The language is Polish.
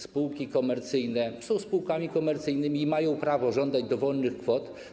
Spółki komercyjne są spółkami komercyjnymi i mają prawo żądać dowolnych kwot.